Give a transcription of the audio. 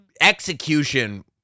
execution